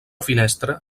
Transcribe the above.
finestra